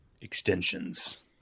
extensions